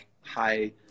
high